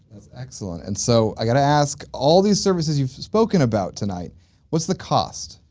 excellent! and so, i gotta ask, all these services you've spoken about tonight what's the cost?